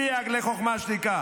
אבל אתם, סייג לחוכמה שתיקה.